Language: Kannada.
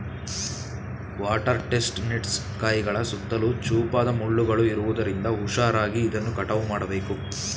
ವಾಟರ್ ಟೆಸ್ಟ್ ನೆಟ್ಸ್ ಕಾಯಿಗಳ ಸುತ್ತಲೂ ಚೂಪಾದ ಮುಳ್ಳುಗಳು ಇರುವುದರಿಂದ ಹುಷಾರಾಗಿ ಇದನ್ನು ಕಟಾವು ಮಾಡಬೇಕು